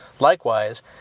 Likewise